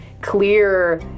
clear